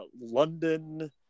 London